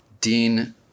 Dean